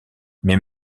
mais